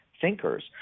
thinkers